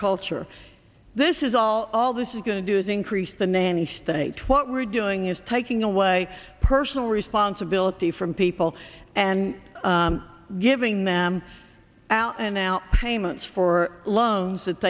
culture this is all all this is going to do is increase the nanny state what we're doing is taking away personal responsibility from people and giving them out and now payments for loans that